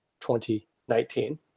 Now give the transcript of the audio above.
2019